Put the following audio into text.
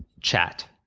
chat.